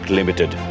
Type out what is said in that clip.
Limited